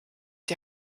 die